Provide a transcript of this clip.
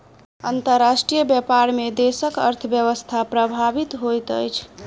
अंतर्राष्ट्रीय व्यापार में देशक अर्थव्यवस्था प्रभावित होइत अछि